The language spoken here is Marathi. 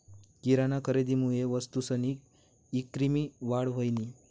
किराना खरेदीमुये वस्तूसनी ईक्रीमा वाढ व्हयनी